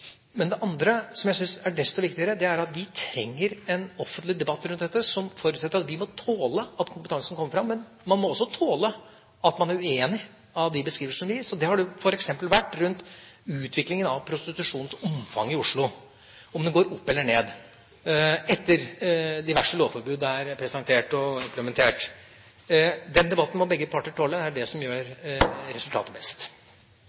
Men det andre, som jeg syns er desto viktigere, er at vi trenger en offentlig debatt rundt dette som forutsetter at vi må tåle at kompetansen kommer fram, men man må også tåle at man er uenig i de beskrivelser som gis. Det har det f.eks. vært rundt utviklingen av prostitusjonsomfanget i Oslo, om det går opp eller ned etter at diverse lovforbud er presentert og implementert. Den debatten må begge parter tåle. Det er det som gjør resultatet best.